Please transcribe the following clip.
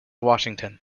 washington